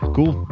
Cool